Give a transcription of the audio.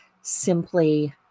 Simply